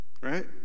right